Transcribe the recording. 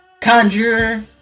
conjurer